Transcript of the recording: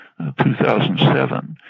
2007